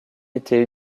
été